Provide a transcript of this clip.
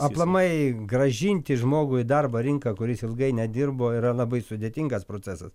aplamai grąžinti žmogų į darbo rinką kuris ilgai nedirbo yra labai sudėtingas procesas